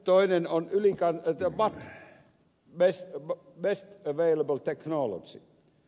toinen on bat best available technology bat systeemi